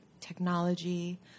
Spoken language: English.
technology